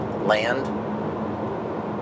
land